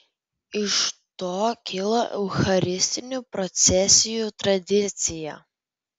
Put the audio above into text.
iš to kilo eucharistinių procesijų tradicija